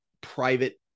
private